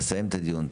אנחנו נסיים את הדיון,